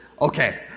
Okay